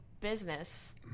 business